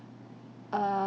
err